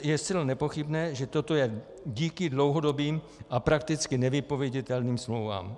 Je zcela nepochybné, že toto je díky dlouhodobým a prakticky nevypověditelným smlouvám.